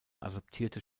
adoptierte